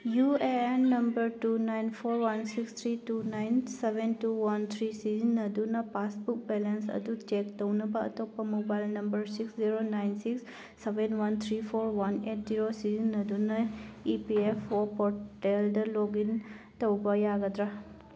U A N number two nine four one six three two nine seven two one three ꯁꯤꯖꯤꯟꯅꯗꯨꯅ passbook balance ꯑꯗꯨ check ꯇꯧꯅꯕ ꯑꯇꯣꯞꯄ mobile number six zero nine six seven one three four one eight zero ꯁꯤꯖꯤꯟꯅꯗꯨꯅ E P F O ꯄꯣꯔꯇꯦꯜꯗ log in ꯇꯧꯕ ꯌꯥꯒꯗ꯭ꯔꯥ